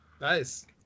Nice